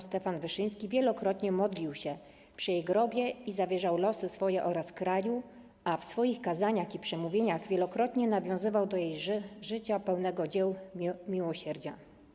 Stefan Wyszyński wielokrotnie modlił się przy jej grobie i zawierzał jej losy swoje oraz kraju, a w swoich kazaniach i przemówieniach wielokrotnie nawiązywał do jej życia pełnego dzieł miłosierdzia.